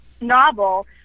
novel